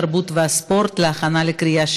התרבות והספורט נתקבלה.